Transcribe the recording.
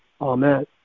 Amen